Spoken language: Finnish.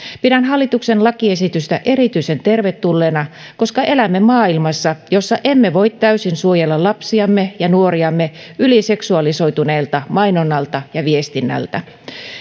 pidän hallituksen lakiesitystä erityisen tervetulleena koska elämme maailmassa jossa emme voi täysin suojella lapsiamme ja nuoriamme yliseksualisoituneelta mainonnalta ja viestinnältä